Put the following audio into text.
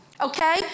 Okay